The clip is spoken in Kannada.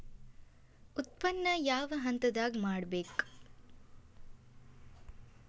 ಉತ್ಪನ್ನ ಯಾವ ಹಂತದಾಗ ಮಾಡ್ಬೇಕ್?